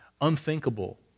unthinkable